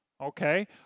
okay